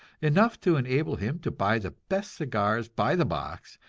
enough to enable him to buy the best cigars by the box,